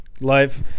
life